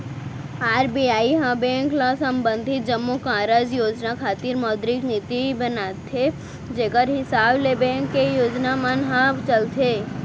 RBI ह bank ल संबंधित जम्मो कारज योजना खातिर मौद्रिक नीति बनाथे जेखर हिसाब ले बेंक के योजना मन ह चलथे